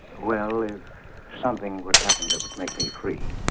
well is something would happen that would make me free.